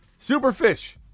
Superfish